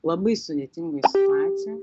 labai sudėtingoj situacijoj